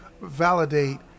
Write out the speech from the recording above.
validate